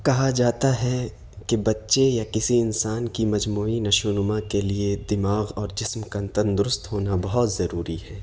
کہا جاتا ہے کہ بچے یا کسی انسان کی مجموعی نشو و نما کے لیے دماغ اور جسم کا تندرست ہونا بہت ضروری ہے